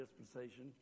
dispensation